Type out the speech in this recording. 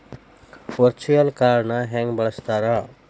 Virtual ಕಾರ್ಡ್ನ ಹೆಂಗ ಬಳಸ್ತಾರ?